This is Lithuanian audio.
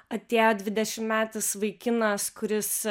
atėjo dvidešimtmetis vaikinas kuris